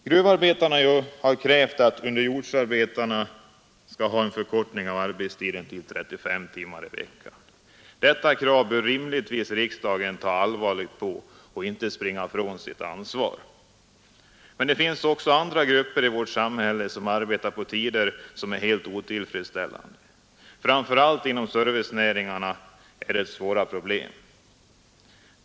Gruvarbetarna har krävt att underjordsarbetarna skall få en förkortning av arbetstiden till 35 timmar i veckan. Detta krav bör riksdagen rimligtvis ta allvarligt på och inte springa från sitt ansvar. Men det finns även andra grupper i vårt samhälle som arbetar på tider som är helt otillfredsställande, framför allt inom servicenäringarna, där det är svåra problem.